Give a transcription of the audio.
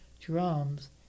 drums